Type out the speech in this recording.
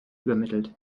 übermittelt